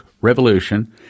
Revolution